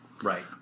Right